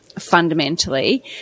Fundamentally